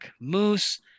Moose